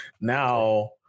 Now